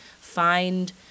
find